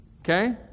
okay